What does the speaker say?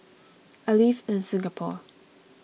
I live in Singapore